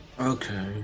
Okay